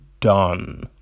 done